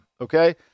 okay